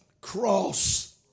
cross